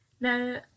Now